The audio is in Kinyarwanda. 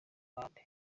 ahandi